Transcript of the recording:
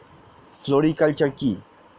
Floriculture কি?